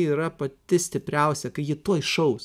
yra pati stipriausia kai ji tuoj šaus